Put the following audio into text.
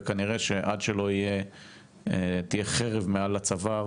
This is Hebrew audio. וכנראה עד שלא תהיה חרב מעל הצוואר